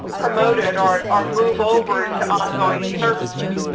promoted, or or move over to ongoing services.